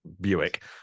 Buick